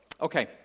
okay